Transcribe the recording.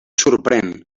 sorprèn